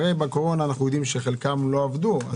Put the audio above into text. בקורונה אנחנו יודעים שחלקם לא עבדו.